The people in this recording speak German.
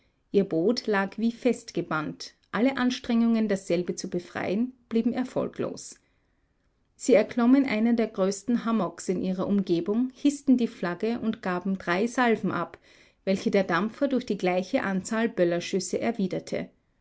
ihr boot lag wie festgebannt alle anstrengungen dasselbe zu befreien blieben erfolglos sie erklommen einen der höchsten hummocks ihrer umgebung hißten die flagge und gaben drei salven ab welche der dampfer durch die gleiche anzahl böllerschüsse erwiderte